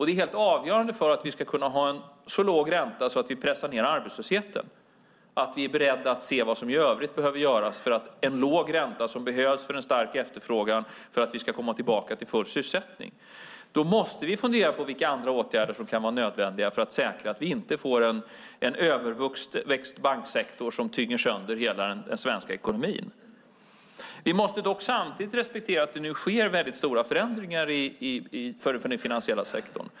Det är helt avgörande för att vi ska kunna ha en så låg ränta att vi pressar ned arbetslösheten, att vi är beredda att se vad som i övrigt behöver göras, för en låg ränta som behövs, för en stark efterfrågan, för att vi ska komma tillbaka till full sysselsättning. Då måste vi fundera på vilka andra åtgärder som kan vara nödvändiga för att säkra att vi inte får en överväxt banksektor som tynger sönder hela den svenska ekonomin. Vi måste dock samtidigt respektera att det nu sker väldigt stora förändringar i den finansiella sektorn.